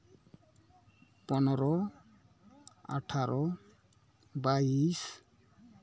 ᱯᱚᱱᱮᱨᱳ ᱟᱴᱷᱟᱨᱳ ᱵᱟᱭᱤᱥ